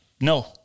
No